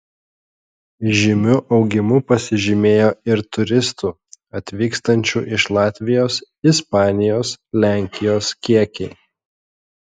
žymiu augimu pasižymėjo ir turistų atvykstančių iš latvijos ispanijos lenkijos kiekiai